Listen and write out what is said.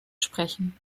sprechen